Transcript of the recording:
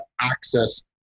access